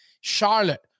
Charlotte